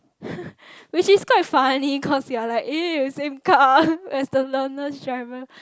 which is quite funny cause you're like eh same car as the learners driver